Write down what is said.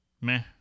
meh